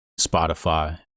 Spotify